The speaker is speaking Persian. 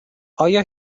آیا